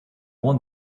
won